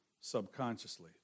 Subconsciously